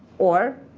or